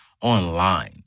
online